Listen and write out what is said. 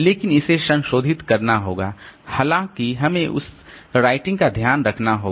लेकिन इसे संशोधित करना होगा हालांकि हमें उस राइटिंग का ध्यान रखना होगा